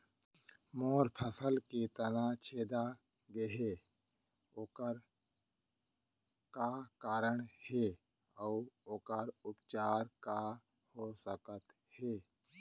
मोर फसल के तना छेदा गेहे ओखर का कारण हे अऊ ओखर उपचार का हो सकत हे?